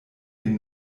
den